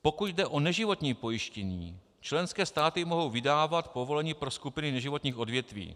Pokud jde o neživotní pojištění, členské státy mohou vydávat povolení pro skupiny neživotních odvětví.